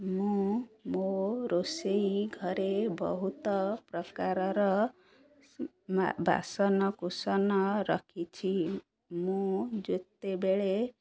ମୁଁ ମୋ ରୋଷେଇ ଘରେ ବହୁତ ପ୍ରକାରର ମା ବାସନକୁସନ ରଖିଛି ମୁଁ ଯେତେବେଳେ